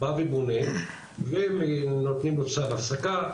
בא ובונה ונותנים לו צו הפסקה,